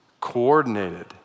coordinated